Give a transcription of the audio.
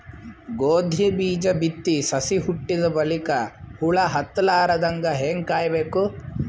ಗೋಧಿ ಬೀಜ ಬಿತ್ತಿ ಸಸಿ ಹುಟ್ಟಿದ ಬಲಿಕ ಹುಳ ಹತ್ತಲಾರದಂಗ ಹೇಂಗ ಕಾಯಬೇಕು?